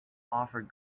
offered